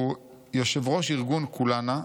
הוא יושב-ראש ארגון כֻּלנה,